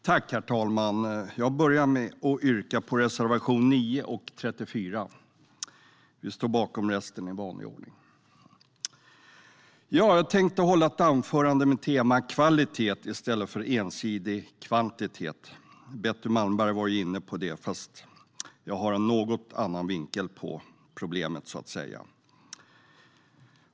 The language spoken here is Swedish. Herr talman! Jag vill börja med att yrka bifall till reservationerna 9 och 34, men står i vanlig ordning bakom våra övriga reservationer. Jag tänkte hålla ett anförande med tema kvalitet i stället för ensidig kvantitet. Betty Malmberg var inne på det, fast jag har en något annan vinkel på frågan.